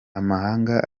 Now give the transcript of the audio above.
amahanga